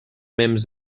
mêmes